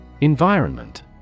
Environment